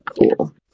Cool